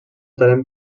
talent